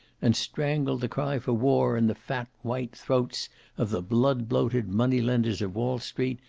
and strangle the cry for war in the fat white throats of the blood-bloated money-lenders of wall street,